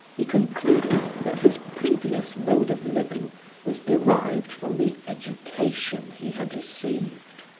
he concluded that his previous mode of living was derived from the education he had received.